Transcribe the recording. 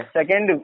Second